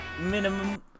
minimum